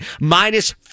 minus